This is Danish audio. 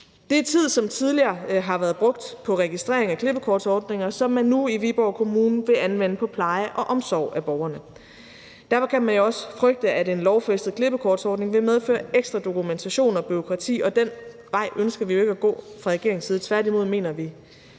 Det er tid, som tidligere har været brugt på registrering af klippekortsordninger, som man nu i Viborg Kommune vil anvende på pleje og omsorg for borgerne. Derfor kan man jo også frygte, at en lovfæstet klippekortsordning vil medføre ekstra dokumentation og bureaukrati, og den vej ønsker vi ikke at gå fra regeringens side. Tværtimod mener vi,